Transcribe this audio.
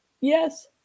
Yes